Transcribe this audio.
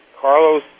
Carlos